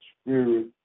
spirit